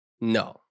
No